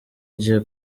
jye